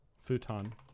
Futon